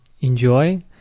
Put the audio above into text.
enjoy